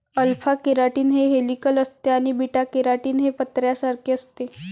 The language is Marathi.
अल्फा केराटीन हे हेलिकल असते आणि बीटा केराटीन हे पत्र्यासारखे असते